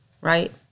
Right